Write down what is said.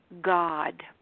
God